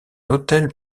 hôtel